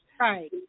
right